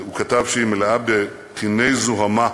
הוא כתב שהיא מלאה ב"קני זוהמה",